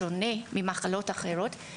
בשונה ממחלות אחרות,